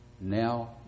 now